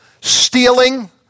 stealing